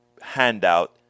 handout